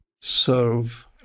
serve